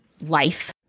life